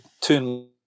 turn